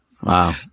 Wow